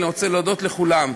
אני רוצה להודות לכולם.